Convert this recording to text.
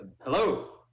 hello